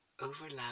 Overlap